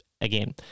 again